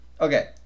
Okay